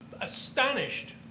astonished